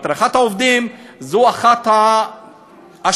הדרכת העובדים זו אחת האשליות,